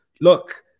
look